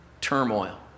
turmoil